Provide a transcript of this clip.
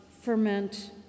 ferment